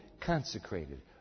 consecrated